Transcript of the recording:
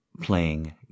playing